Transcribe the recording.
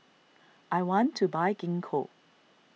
I want to buy Gingko